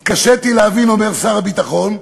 התקשיתי להבין, אומר שר הביטחון,